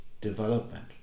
development